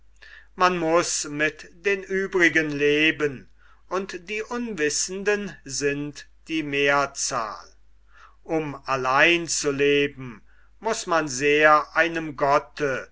man muß mit den übrigen leben und die unwissenden sind die mehrzahl um allein zu leben muß man sehr einem gotte